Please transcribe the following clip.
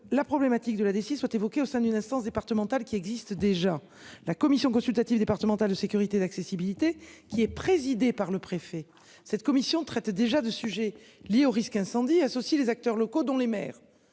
la problématique de la DSI soit évoquée au sein d'une instance départementale qui existe déjà. La commission consultative départementale de sécurité et d'accessibilité qui est présidé par le préfet, cette commission traitait déjà de sujets liés au risque incendie associent les acteurs locaux dont les maires